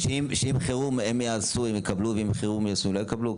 שאם חירום הם יעשו הם יקבלו ואם חירום הם יעשו והם לא יקבלו?